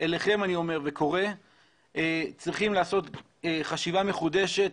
גם צריכים לעשות חשיבה מחודשת.